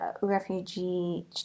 refugee